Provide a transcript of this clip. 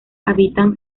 habitan